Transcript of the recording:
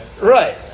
Right